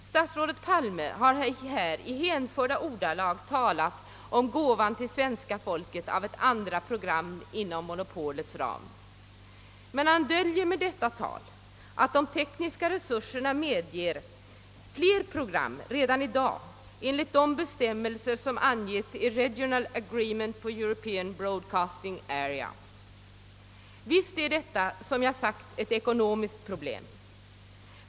Statsrådet Palme har i hänförda ordalag talat om gåvan till svenska folket av ett andra program inom monopolets ram. Men han döljer med detta tal att de tekniska resurserna medger fler program redan i dag enligt de bestämmelser, som anges i Regional Agreement for European Broadcasting Area. Visst är detta, såsom jag framhållit, ett ekonomiskt problem.